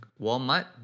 Walmart